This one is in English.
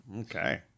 Okay